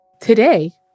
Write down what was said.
today